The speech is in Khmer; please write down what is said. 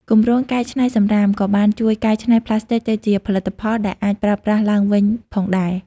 គម្រោង "កែច្នៃសំរាម" ក៏បានជួយកែច្នៃប្លាស្ទិកទៅជាផលិតផលដែលអាចប្រើប្រាស់ឡើងវិញផងដែរ។